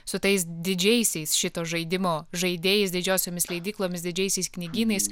su tais didžiaisiais šito žaidimo žaidėjais didžiosiomis leidyklomis didžiaisiais knygynais